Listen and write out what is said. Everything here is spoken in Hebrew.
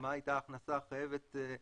מה הייתה ההכנסה החייבת,